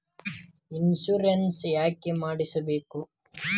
Insurance ಯಾಕ್ ಮಾಡಿಸಬೇಕು?